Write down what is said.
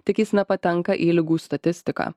tik jis nepatenka į ligų statistiką